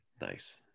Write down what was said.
Nice